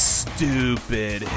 stupid